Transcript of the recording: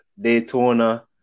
Daytona